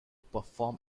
perform